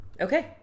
Okay